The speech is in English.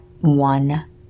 one